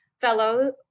fellow